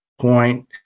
point